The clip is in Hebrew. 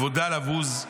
כבודה לבוז.